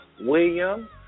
William